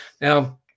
now